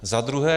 Za druhé.